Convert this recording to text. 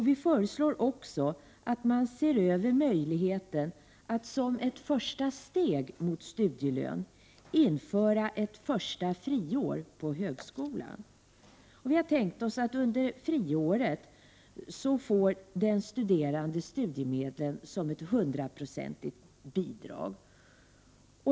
Vpk föreslår även att man som ett första steg mot studielön skall se över möjligheten till införande av ett första friår på högskolan. Vi i vpk har tänkt oss att den studerande under friåret får studiemedlen som ett 100-procentigt bidrag.